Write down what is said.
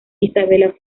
isabella